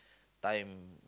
time